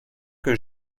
que